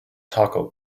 taco